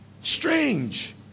strange